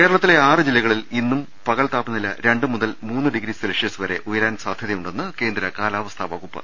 കേരളത്തിലെ ആറ് ജില്ലകളിൽ ഇന്നും പൃകൽ താപനില രണ്ട് മുതൽ മൂന്ന് ഡിഗ്രി സെൽഷ്യസ് വരെ ഉയരാൻ സാധ്യതയു ണ്ടെന്ന് കേന്ദ്ര കാലാവസ്ഥാ വകുപ്പ്